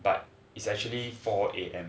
but is actually four A_M